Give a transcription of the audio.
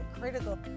critical